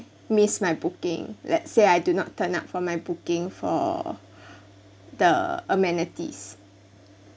missed my booking let's say I do not turn up for my booking for the amenities